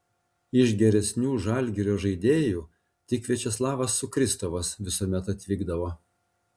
iš geresnių žalgirio žaidėjų tik viačeslavas sukristovas visuomet atvykdavo